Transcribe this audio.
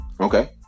okay